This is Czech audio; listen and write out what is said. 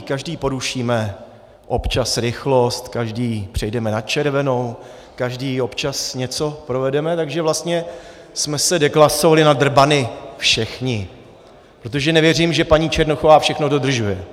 Každý porušíme občas rychlost, každý přejdeme na červenou, každý občas něco provedeme, takže vlastně jsme se deklasovali na drbany všichni, protože nevěřím, že paní Černochová všechno dodržuje.